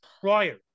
prior